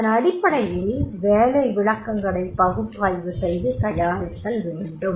அதன் அடிப்படையில் வேலை விளக்கங்களைப் பகுப்பாய்வு செய்து தயாரித்தல் வேண்டும்